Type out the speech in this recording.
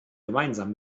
gemeinsam